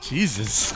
Jesus